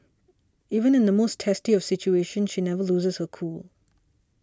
even in the most testy of situations she never loses her cool